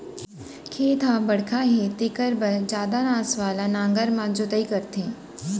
खेत ह बड़का हे तेखर बर जादा नास वाला नांगर म जोतई करथे